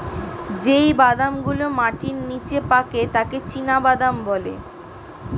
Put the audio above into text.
যেই বাদাম গুলো মাটির নিচে পাকে তাকে চীনাবাদাম বলে